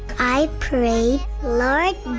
i prayed like